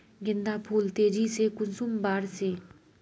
गेंदा फुल तेजी से कुंसम बार से?